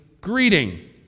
greeting